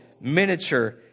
miniature